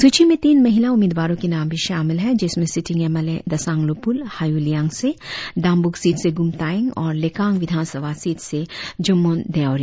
सूची में तीन महिला उम्मीदवारों के नाम भी शामिल है जिसमें sitting M L A Dasanglu Pul Hayuliang से दामबुक सीट से गुम तायेंग और लेकांग विधान सभा सीट से जुममून देओरी